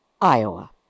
Iowa